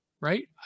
Right